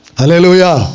Hallelujah